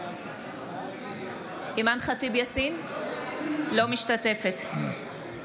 אינה משתתפת בהצבעה